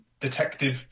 detective